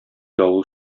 давыл